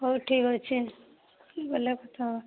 ହଉ ଠିକ୍ ଅଛି ଗଲେ କଥା ହେବା